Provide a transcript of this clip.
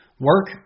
Work